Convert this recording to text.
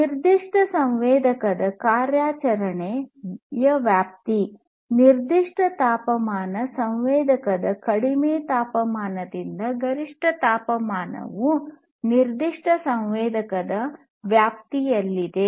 ನಿರ್ದಿಷ್ಟ ಸಂವೇದಕದ ಕಾರ್ಯಾಚರಣೆಯ ವ್ಯಾಪ್ತಿ ನಿರ್ದಿಷ್ಟ ತಾಪಮಾನ ಸಂವೇದಕದ ಕಡಿಮೆ ತಾಪಮಾನದಿಂದ ಗರಿಷ್ಠತಾಪಮಾನವು ನಿರ್ದಿಷ್ಟ ಸಂವೇದಕ ವ್ಯಾಪ್ತಿಯಲ್ಲಿದೆ